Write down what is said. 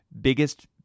biggest